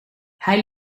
hij